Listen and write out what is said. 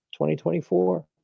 2024